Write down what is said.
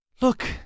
Look